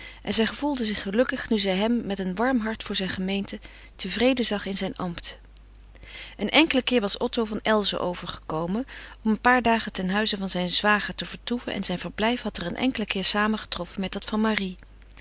en zij gevoelde zich gelukkig nu zij hem met een warm hart voor zijn gemeente tevreden zag in zijn ambt een enkelen keer was otto van elzen overgekomen om een paar dagen ten huize zijns zwagers te vertoeven en zijn verblijf had er een enkelen keer samengetroffen met dat van marie